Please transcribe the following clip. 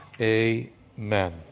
Amen